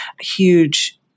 huge